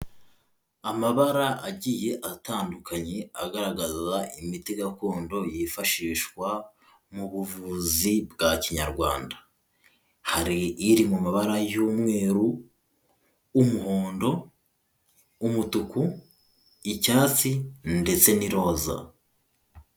Amabara agiye atandukanye agaragaza imiti gakondo yifashishwa mu buvuzi bwa kinyarwanda, hari iri mu mabara y'umweru, umuhondo, umutuku, icyatsi ndetse n'iroza.